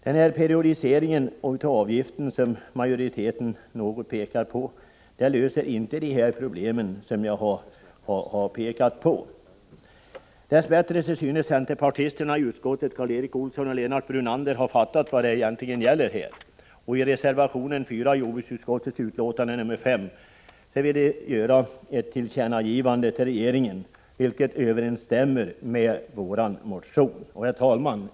Den periodisering av avgiften som majoriteten pekar på löser inte de här problemen. Dess bättre synes centerpartisterna i utskottet, Karl Erik Olsson och Lennart Brunander, ha fattat vad det egentligen gäller, och i reservation 4 till jordbruksutskottets betänkande 5 föreslår de ett tillkännagivande till 105 regeringen, vilket överensstämmer med vårt motionskrav. Herr talman!